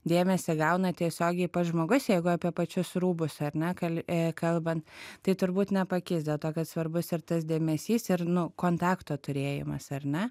dėmesį gauna tiesiogiai pats žmogus jeigu apie pačius rūbus ar ne kal kalbant tai turbūt nepakeis dėl to kad svarbus ir tas dėmesys ir nu kontakto turėjimas ar ne